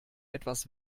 etwas